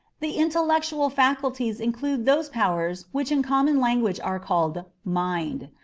the intellectual faculties include those powers which in common language are called mind.